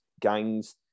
gangs